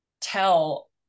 tell